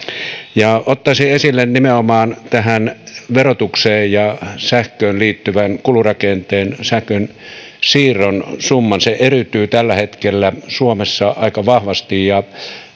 ottaisin esille nimenomaan tähän verotukseen ja sähköön liittyvän kulurakenteen sähkönsiirron summan se eriytyy tällä hetkellä suomessa aika vahvasti ja